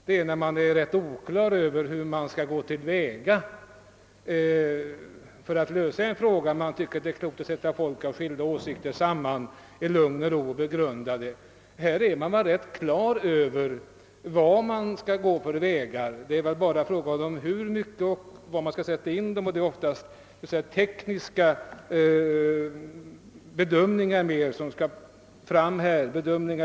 Det är när man är rätt oklar över hur man skall gå till väga för att lösa en fråga som man gör det. Då tycker man det är klokt att sammanföra folk av skilda åsikter för att i lugn och ro begrunda frågan. I detta fall är man väl i huvudsak på det klara med vilka vägar man skall gå. Det är väl här bara fråga om hur myc ket och var man skall sätta in resurser, och det rör sig om tekniska bedömningar av de framtida behoven.